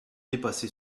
dépassé